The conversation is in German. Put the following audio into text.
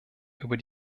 über